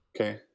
Okay